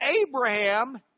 Abraham